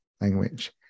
language